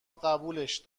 قبولش